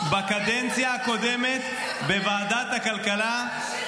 ארוכות בקדנציה הקודמת בוועדת הכלכלה -- ארוכות,